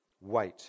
wait